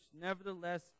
Nevertheless